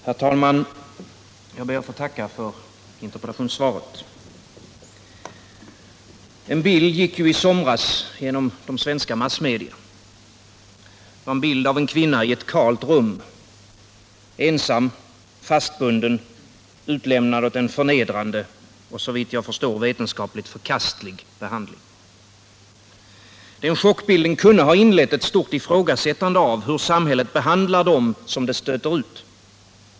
Herr talman! Jag ber att få tacka för interpellationssvaret. En bild gick i somras genom svenska massmedia — en bild av en kvinna i ett kalt rum, ensam, fastbunden, utlämnad åt en förnedrande och, såvitt jag förstår, vetenskapligt förkastlig behandling. Den chockbilden kunde ha inlett ett stort ifrågasättande av hur samhället behandlar dem som det stöter ut.